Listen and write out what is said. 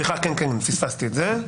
כן, פספסתי את זה.